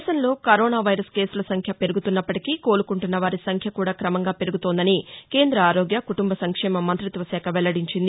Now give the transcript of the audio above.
దేశంలో corona virus కేసుల సంఖ్య పెరుగుతున్నప్పటికీ కోలుకుంటున్న వారి సంఖ్య కూడా క్రమంగా పెరుగుతోందని కేంద్ర ఆరోగ్య కుటుంబ సంక్షేమ మంత్రిత్వ శాఖ వెల్లడించింది